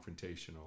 confrontational